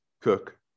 Cook